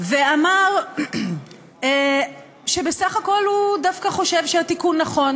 ואמר שבסך הכול הוא דווקא חושב שהתיקון נכון.